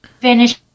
finish